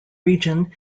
region